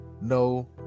no